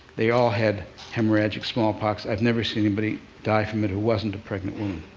they all had hemorrhagic smallpox. i've never seen anybody die from it who wasn't a pregnant woman.